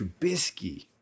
Trubisky